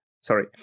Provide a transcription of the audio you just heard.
Sorry